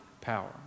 power